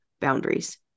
boundaries